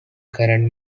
current